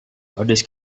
gadis